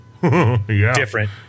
different